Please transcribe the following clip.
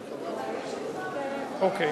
אוקיי,